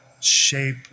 shape